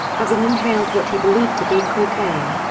having inhaled what he believed to be cocaine.